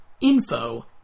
info